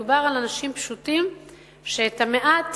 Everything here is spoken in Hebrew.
מדובר על אנשים פשוטים שאת המעט